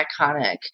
iconic